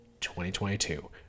2022